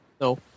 No